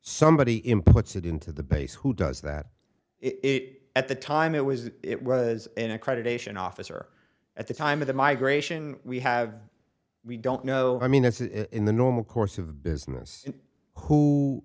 somebody imports it into the base who does that it at the time it was it was an accreditation officer at the time of the migration we have we don't know i mean it's in the normal course of business who